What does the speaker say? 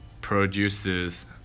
produces